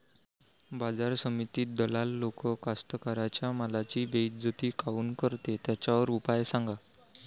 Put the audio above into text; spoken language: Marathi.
बाजार समितीत दलाल लोक कास्ताकाराच्या मालाची बेइज्जती काऊन करते? त्याच्यावर उपाव सांगा